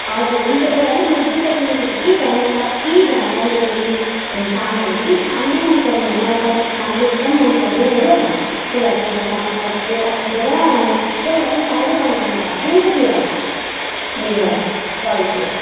हजुर हुन्छ एउटा होइन मैले दुइटा किनेको छु कि तर मैले कतिजनालाई यहाँनिर काम हेरेँ कि कामै मन परेन मलाई तपाईँको काम चाहिँ एकदम मनपर्यो हो त्यही लागि मैले नम्बर खोजेर खोजेर अनि पहिला पनि तपाईँले बनाइदिनुभएको थियो नि त त्यो मेरो कलको